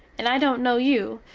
and i dont no you,